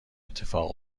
اتفاق